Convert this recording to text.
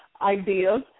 ideas